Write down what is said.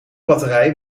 batterijen